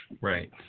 Right